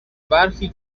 برخی